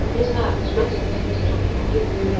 his nervous restlessness took him anew.